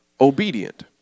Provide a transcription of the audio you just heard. obedient